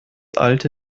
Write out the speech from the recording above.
alte